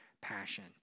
passion